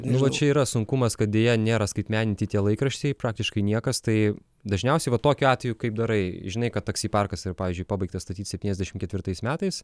nu va čia yra sunkumas kad deja nėra skaitmeninti tie laikraščiai praktiškai niekas tai dažniausiai vat tokiu atveju kaip darai žinai kad taksi parkas yra pavyzdžiui pabaigtas statyt septyniasdešim ketvirtais metais